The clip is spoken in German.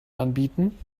anbieten